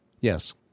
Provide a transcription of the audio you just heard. Yes